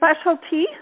specialty